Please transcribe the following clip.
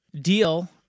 Deal